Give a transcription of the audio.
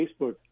Facebook